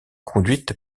conduite